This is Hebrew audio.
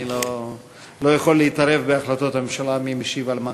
אני לא יכול להתערב בהחלטות הממשלה מי משיב על מה.